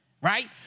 Right